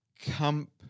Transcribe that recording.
Camp